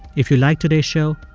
if you liked today's show,